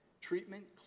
treatment